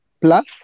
plus